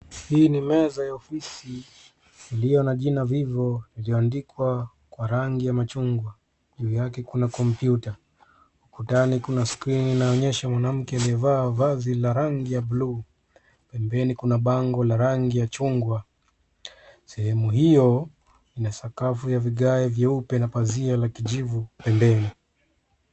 Hii ni meza ya ofisi iliyo na jina Vivo iliyoandikwa kwa rangi ya machungwa. Juu yake kuna kompyuta, ukutani kuna skrini inaonyesha mwanamke aliyevaa vazi la rangi ya bluu. Pembeni kuna bango la rangi ya chungwa. Sehemu hiyo ina sakafu ya vigae vyeupe na pazia la kijivu pembeni.